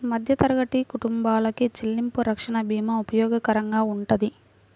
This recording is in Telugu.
మధ్యతరగతి కుటుంబాలకి చెల్లింపు రక్షణ భీమా ఉపయోగకరంగా వుంటది